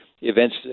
events